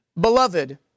Beloved